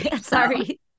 sorry